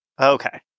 Okay